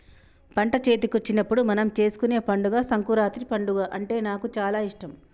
పంట చేతికొచ్చినప్పుడు మనం చేసుకునే పండుగ సంకురాత్రి పండుగ అంటే నాకు చాల ఇష్టం